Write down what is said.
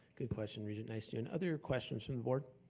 good question, regent nystuen. other questions from the board?